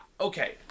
okay